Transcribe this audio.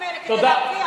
הנכסים האלה כדי להרוויח,